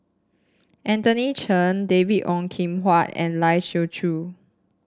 Anthony Then David Ong Kim Huat and Lai Siu Chiu